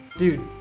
dude,